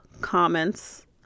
comments